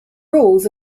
rules